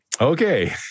Okay